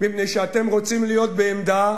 מפני שאתם רוצים להיות בעמדה